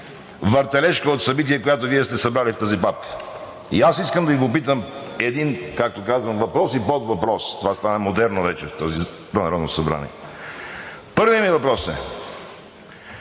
въртележка от събития, която Вие сте събрали в тази папка. Искам да Ви попитам един, както казах въпрос и подвъпрос – това стана модерно вече в това Народно събрание. Първият ми въпрос е: